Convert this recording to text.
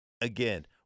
again –